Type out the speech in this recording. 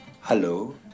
hello